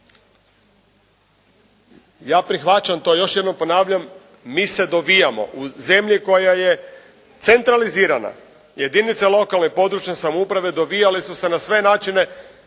Ja prihvaćam to. Još jednom ponavljam mi se dovijamo u zemlji koja je centralizirana. Jedinice lokalne i područne samouprave dovijale su se na sve načine,